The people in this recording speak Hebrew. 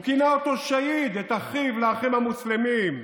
הוא כינה אותו שהיד, את אחיו לאחים המוסלמים.